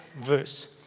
verse